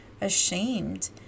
ashamed